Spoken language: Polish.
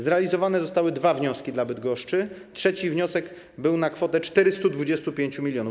Zrealizowane zostały dwa wnioski dla Bydgoszczy, trzeci wniosek był na kwotę 425 mln.